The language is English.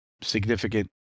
significant